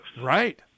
right